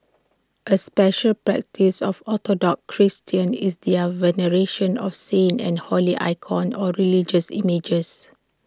A special practice of Orthodox Christians is their veneration of saints and holy icons or religious images